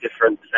different